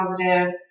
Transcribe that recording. positive